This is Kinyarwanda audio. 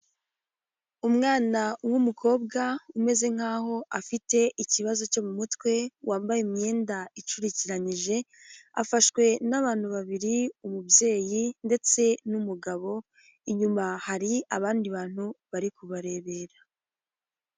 Umwana w'umukobwa umeze nkaho afite ikibazo cyo mu mutwe wambaye imyenda icurikiranyije afashwe n'abantu babiri umubyeyi ndetse n'umugabo inyuma hari abandi bantu bari kubarebera.